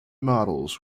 models